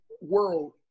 world